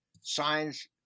signs